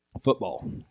football